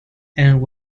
and